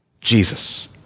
Jesus